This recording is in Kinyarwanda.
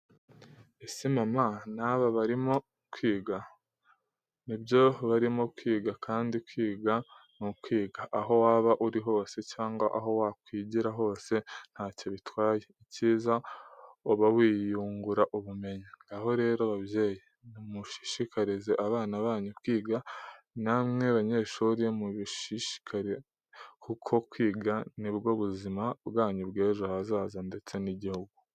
Ese mama n'aba barimo kwiga? Nibyo barimo kwiga kandi kwiga n'ukwiga aho waba uri hose cyangwa aho wa kwigira hose ntacyo bitwaye, icyiza ubawiyungura ubumenyi. Ngaho rero babyeyi nimushishikarize abana banyu kwiga, namwe banyeshuri mubishishikare kuko kwiga nibwo buzima bwanyu bw'ejo hazaza ndetse n'igihugu.